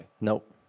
Nope